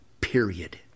period